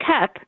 cup